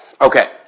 Okay